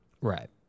Right